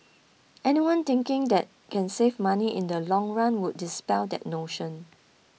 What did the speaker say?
anyone thinking that can save money in the long run would dispel that notion